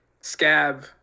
scab